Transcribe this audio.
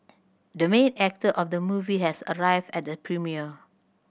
the main actor of the movie has arrived at the premiere